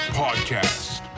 podcast